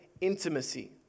intimacy